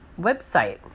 website